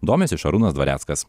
domisi šarūnas dvareckas